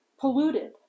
polluted